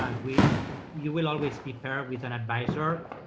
um we we you will always prepare with an advisor,